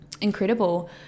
incredible